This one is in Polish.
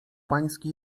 pański